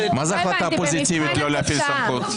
מה זה החלטה פוזיטיבית לא להפעיל סמכות?